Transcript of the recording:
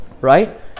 right